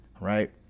Right